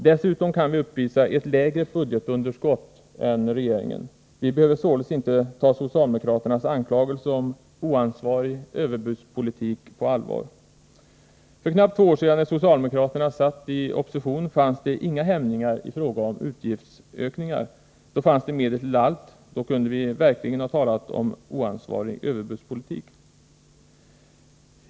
Dessutom kan vi uppvisa ett lägre budgetunderskott än regeringen. Vi behöver således inte ta socialdemokraternas anklagelser om oansvarig överbudspolitik på allvar. För knappt två år sedan, när socialdemokraterna satt i opposition, fanns det inga hämningar i fråga om utgiftsökningar. Då fanns det medel till allt. Då kunde vi verkligen ha talat om oansvarig överbudspolitik.